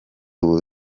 ubu